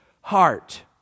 heart